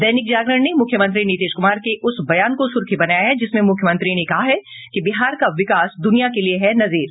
दैनिक जागरण ने मुख्यमंत्री नीतीश कुमार के उस बयान को सुर्खी बनाया है जिसमें मुख्यमंत्री ने कहा है कि बिहार का विकास दुनिया के लिये है नजीर